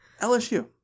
LSU